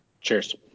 Cheers